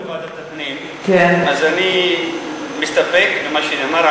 היות שהנושא נדון בוועדת הפנים אני מסתפק במה שנאמר,